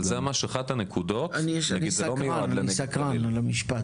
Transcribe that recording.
זה ממש אחת הנקודות אני סקרן למשפט.